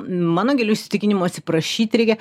mano giliu įsitikinimu atsiprašyti reikia